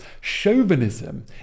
Chauvinism